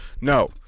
no